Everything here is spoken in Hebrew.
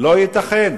לא ייתכן.